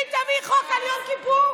אבל אני רוצה לתת לך טיפ בעצמי.